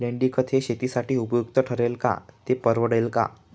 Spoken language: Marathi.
लेंडीखत हे शेतीसाठी उपयुक्त ठरेल का, ते परवडेल का?